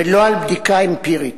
ולא על בדיקה אמפירית.